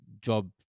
job